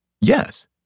Yes